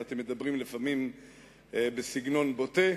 ואתם מדברים לפעמים בסגנון בוטה,